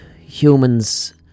humans